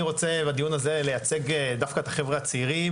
בדיון הזה אני רוצה לייצג דווקא את החבר'ה הצעירים,